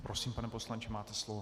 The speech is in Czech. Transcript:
Prosím, pane poslanče, máte slovo.